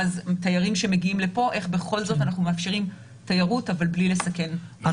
אז איך בכל זאת אנחנו מאפשרים תיירות אבל בלי לסכן את